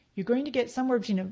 you're going to get somewhere you know